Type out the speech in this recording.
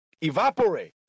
Evaporate